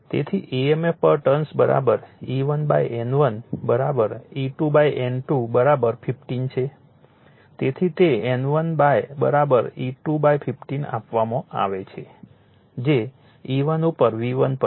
તેથી emf પર turns E1 N1 E2 N2 15 છે તેથી તે N1 E1 15 આપવામાં આવે છે જે E1 ઉપર V1 પણ છે